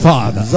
Father